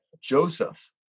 Joseph